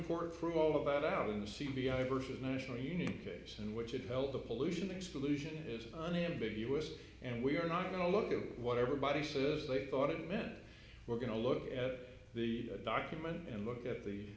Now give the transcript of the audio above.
court for all of that out in the c b i bush's national unique case in which it held the pollution exclusion is unambiguous and we're not going to look at what everybody says they thought it meant we're going to look at the document and look at the